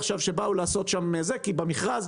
אנחנו עוסקים בנושא הזה,